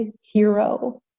hero